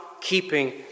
keeping